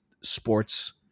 sports